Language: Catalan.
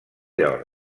york